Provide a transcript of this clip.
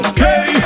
Okay